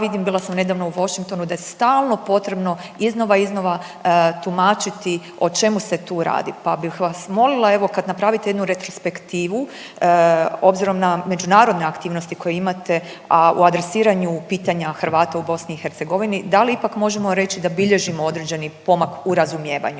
ja vidim, bila sam nedavno u Washingtonu da je stalno potrebno iznova, iznova tumačiti o čemu se tu radi. Pa bih vas molila evo kad napravite jednu retrospektivu obzirom na međunarodne aktivnosti koje imate, a u adresiranju pitanja Hrvata u BIH, da li ipak možemo reći da bilježimo određeni pomak u razumijevanju